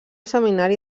seminari